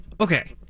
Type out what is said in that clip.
okay